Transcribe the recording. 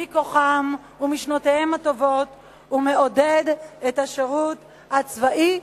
מכוחם ומשנותיהם הטובות ומעודד את השירות הצבאי,